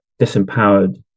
disempowered